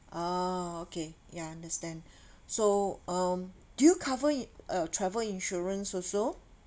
oh okay ya I understand so um do you cover uh travel insurance also